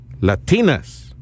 Latinas